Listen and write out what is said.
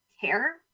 care